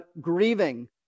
grieving